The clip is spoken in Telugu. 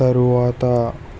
తర్వాత